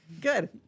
Good